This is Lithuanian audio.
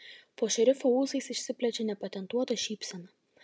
po šerifo ūsais išsiplečia nepatentuota šypsena